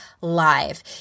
live